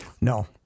No